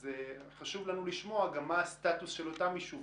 אז חשוב לנו לשמוע גם מה הסטטוס של אותם יישובים.